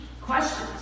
questions